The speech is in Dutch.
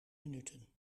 minuten